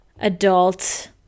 adult